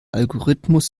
algorithmus